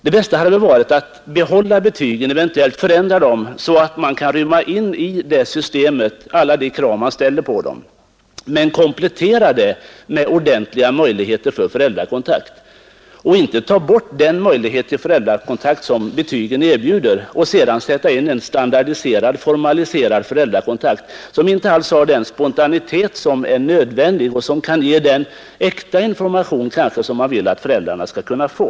Det bästa hade väl varit att behålla betygen — eventuellt hade man kunnat ändra dem så att de fyller alla de krav vi ställer på dem — och komplettera betygen med ordentliga möjligheter till annan föräldrakontakt. I stället tar man bort den möjlighet till kontakt som betygen erbjuder och ersätter den med en standardiserad och formaliserad föräldrakontakt som inte alls har den spontanitet som är nödvändig och som kan ge den äkta information som man vill att föräldrarna skall kunna få.